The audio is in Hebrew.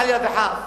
חלילה וחס.